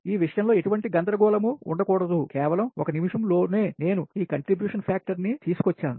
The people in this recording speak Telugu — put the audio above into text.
ఈ విషయం లో ఎటువంటి గందరగోళం ఉండ కూడదు కేవలం ఒక నిమిషం లోనే నేను ఈ కంట్రిబ్యూషన్ ఫ్యాక్టర్ ని తీసుకొచ్చాను